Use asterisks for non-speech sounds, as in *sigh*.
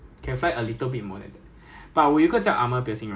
*laughs* I can fly half *laughs* more than half of Singapore